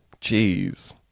Jeez